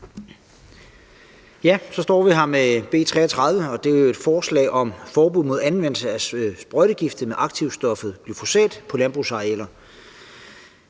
det. Så står vi her med B 33, og det er jo et forslag om forbud mod anvendelse af sprøjtegifte med aktivstoffet glyfosat på landbrugsarealer.